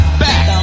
back